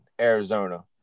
Arizona